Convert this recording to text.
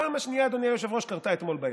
הפעם השנייה, אדוני היושב-ראש, קרתה אתמול בערב.